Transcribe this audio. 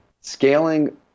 Scaling